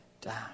down